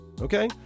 Okay